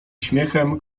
śmiechem